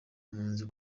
mpunzi